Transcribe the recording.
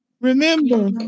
Remember